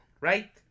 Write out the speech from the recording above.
right